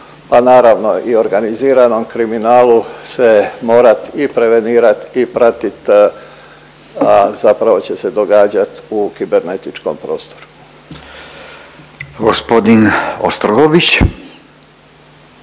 a naravno i organiziranom kriminalu se morat i prevenirat i pratit, a zapravo će se događat u kibernetičkom prostoru. **Radin, Furio